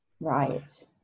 Right